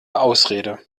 ausrede